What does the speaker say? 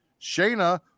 Shayna